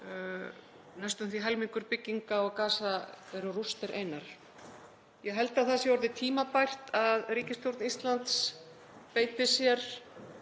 Næstum því helmingur bygginga á Gaza er rústir einar. Ég held að það sé orðið tímabært að ríkisstjórn Íslands beiti sér